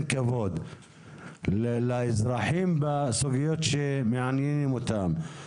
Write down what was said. כבוד לאזרחים בסוגיות שמעניינות אותם,